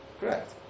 Correct